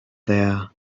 there